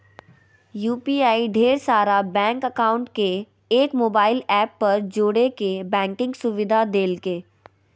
UPI ढेर सारा bank account के एक मोबाइल ऐप पर जोड़े के बैंकिंग सुविधा देलकै